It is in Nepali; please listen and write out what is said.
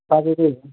पाकेकै